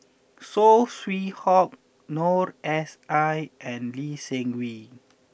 Saw Swee Hock Noor S I and Lee Seng Wee